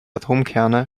atomkerne